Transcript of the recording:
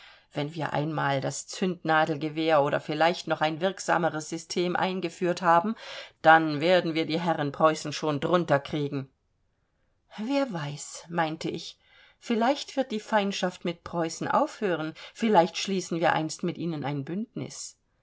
wenn wir einmal das zündnadelgewehr oder vielleicht noch ein wirksameres system eingeführt haben dann werden wir die herren preußen schon drunter kriegen wer weiß meinte ich vielleicht wird die feindschaft mit preußen aufhören vielleicht schließen wir einst mit ihnen ein bündnis